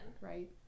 right